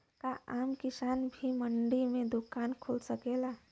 का आम किसान भी मंडी में दुकान खोल सकेला?